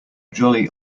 jolly